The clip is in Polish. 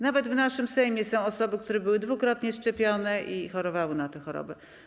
Nawet w naszym Sejmie są osoby, które były dwukrotnie szczepione i przechodziły tę chorobę.